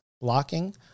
blocking